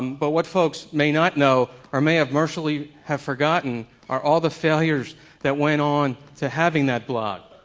but what folks may not know or may have mercifully have forgotten are all the failures that went on to having that blog.